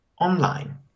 online